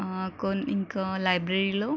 క ఇంకా లైబ్రరీలో